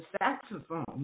saxophone